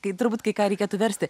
kai turbūt kai ką reikėtų versti